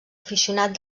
aficionat